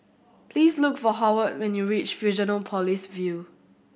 please look for Howard when you reach Fusionopolis View